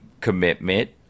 commitment